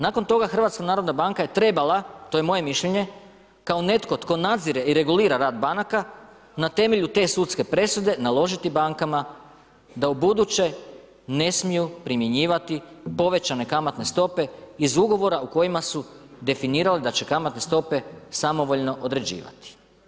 Nakon toga HNB je trebala, to je moje mišljenje, kao netko tko nadzire i regulira rad banaka, na temelju te sudske presude naložiti bankama da ubuduće ne smiju primjenjivati povećane kamatne stope iz ugovora u kojima su definirali da će kamatne stope samovoljno određivati.